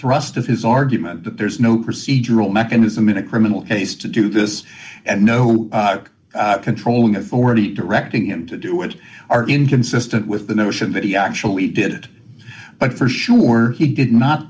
thrust of his argument that there's no procedural mechanism in a criminal case to do this and no controlling authority directing him to do it are inconsistent with the notion that he actually did it but for sure he did not